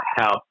help